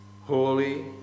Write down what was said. holy